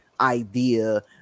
idea